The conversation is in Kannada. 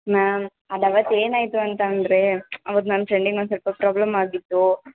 ಮ್ಯಾಮ್ ಅದು ಆವತ್ತು ಏನು ಆಯಿತು ಅಂತಂದರೆ ಆವತ್ತು ನನ್ನ ಫ್ರೆಂಡಿಗೆ ಒಂದು ಸ್ವಲ್ಪ ಪ್ರಾಬ್ಲಮ್ ಆಗಿತ್ತು